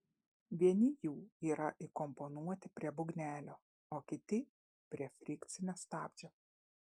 vieni jų yra įkomponuoti prie būgnelio o kiti prie frikcinio stabdžio